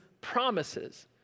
promises